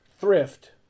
thrift